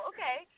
Okay